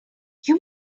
you